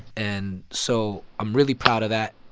and so i'm really proud of that.